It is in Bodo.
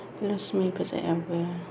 लक्ष्मि फुजायावबो